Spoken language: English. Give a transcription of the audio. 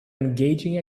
engaging